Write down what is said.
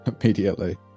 immediately